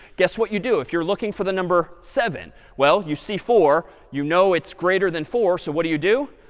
guess what you do if you're looking for the number seven? well, you see four. you know it's greater than four. so what do you do?